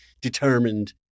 determined